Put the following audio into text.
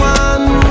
one